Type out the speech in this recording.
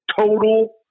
total